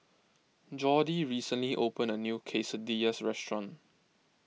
Jordy recently opened a new Quesadillas restaurant